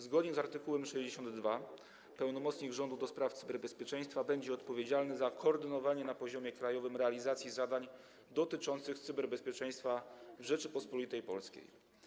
Zgodnie z art. 62 pełnomocnik rządu do spraw cyberbezpieczeństwa będzie odpowiedzialny za koordynowanie na poziomie krajowym realizacji zadań dotyczących cyberbezpieczeństwa w Rzeczypospolitej Polskiej.